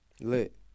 Lit